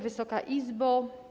Wysoka Izbo!